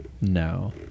no